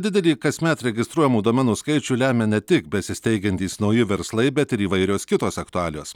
didelį kasmet registruojamų domenų skaičių lemia ne tik besisteigiantys nauji verslai bet ir įvairios kitos aktualijos